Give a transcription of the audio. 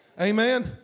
Amen